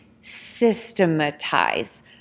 systematize